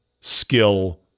skill